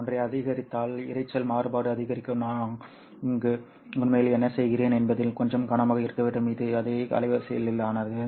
நான் ஒன்றை அதிகரித்தால் இரைச்சல் மாறுபாடு அதிகரிக்கும் நான் இங்கு உண்மையில் என்ன செய்கிறேன் என்பதில் கொஞ்சம் கவனமாக இருக்க வேண்டும் இது அதே அலைவரிசைக்கானது